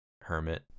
hermit